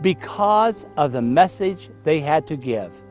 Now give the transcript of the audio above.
because of the message they had to give.